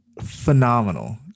phenomenal